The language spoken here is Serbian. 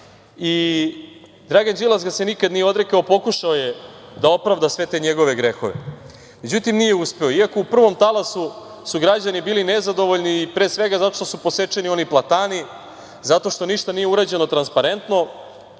i Dragan Đilas ga se nikada nije odrekao. Pokušao je da opravda sve te njegove grehove.Međutim nije uspeo, iako u prvom talasu su građani bili nezadovoljni, pre svega zato što su posečeni oni platani i zato što ništa nije urađeno transparentno,